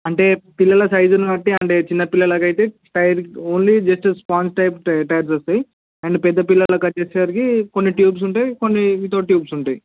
అంటే పిల్లల సైజుని బట్టి అంటే చిన్న పిల్లలకి అయితే tyre only just sponge type tyre దొరుకుతాయి అండ్ పెద్ద పిల్లలకి వచ్చేసరికి కొన్ని ట్యూబ్స్ ఉంటాయి కొన్ని వితౌట్ ట్యూబ్స్ ఉంటాయి